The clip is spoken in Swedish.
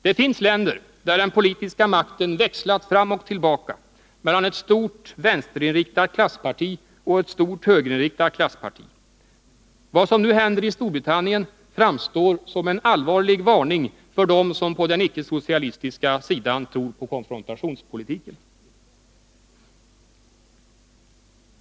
Det finns länder där den politiska makten växlat fram och tillbaka mellan ett stort vänsterinriktat klassparti och ett stort högerinriktat klassparti. Vad som nu händer i Storbritannien framstår som en allvarlig varning för dem som på den icke-socialistiska sidan tror på konfrontationspolitiken.